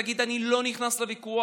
תגיד: אני לא נכנס לוויכוח